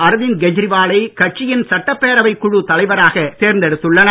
அரவிந்த் கேஜரிவாலை கட்சியின் சட்டப்பேரவைக் குழுத் தலைவராக தேர்ந்தெடுத்துள்ளனர்